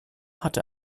hatte